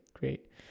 great